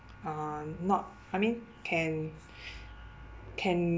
uh not I mean can can